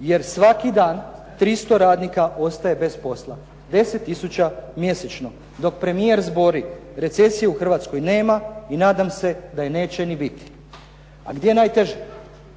jer svaki dan 300 radnika ostaje bez posla, 10 tisuća mjesečno dok premijer zbori: "Recesije u Hrvatskoj nema i nadam se da je neće ni biti.". A gdje je najteže?